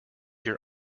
your